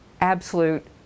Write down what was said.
absolute